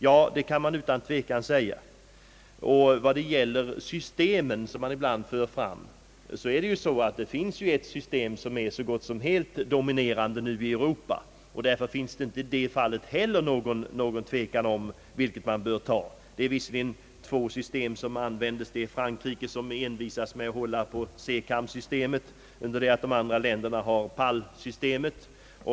Ja, man kan utan tvivel göra gällande att det finns ett så gott som helt dominerande system i Europa, vil ket man bör gå in för. Det förekommer visserligen två olika system, eftersom man i Frankrike envisas med att använda SECAM-systemet under det att de övriga länderna tillämpar PAL-systemet.